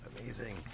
Amazing